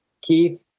Keith